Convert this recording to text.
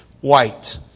white